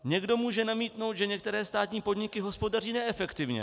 Někdo může namítnout, že některé státní podniky hospodaří neefektivně.